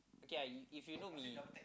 okay ya if you know me